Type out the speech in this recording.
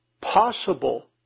possible